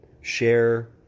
share